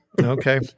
Okay